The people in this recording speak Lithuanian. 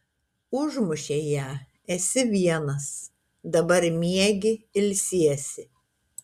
užmušei ją esi vienas dabar miegi ilsiesi